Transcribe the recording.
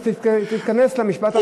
אז תתכנס למשפט האחרון.